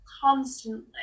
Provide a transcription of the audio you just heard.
constantly